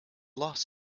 loss